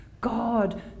God